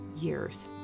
years